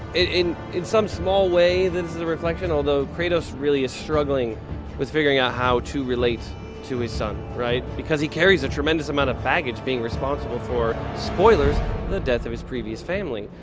in in some small way, this is a reflection, although kratos really is struggling with figuring out how to relate to his son, right, because he carries a tremendous amount of baggage being responsible for spoilers the death of his previous family.